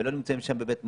ולא נמצאים שם בבית מלון.